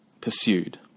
pursued